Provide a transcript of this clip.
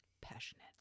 Passionate